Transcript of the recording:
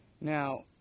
Now